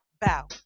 bow